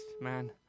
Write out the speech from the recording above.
man